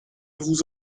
vous